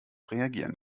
reagieren